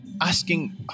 asking